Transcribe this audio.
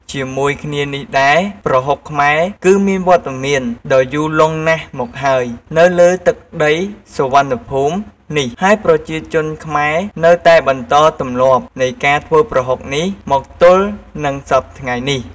ជាមួយគ្នានេះដែរ ប្រហុកខ្មែរគឺមានវត្តមានដ៏យូរលង់ណាស់មកហើយនៅលើទឹកដីសុវណ្ណភូមិនេះ ហើយប្រជាជនខ្មែរនៅតែបន្តទម្លាប់នៃការធ្វើប្រហុកនេះមកទល់នឹងសព្វថ្ងៃនេះ។